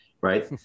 right